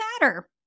matter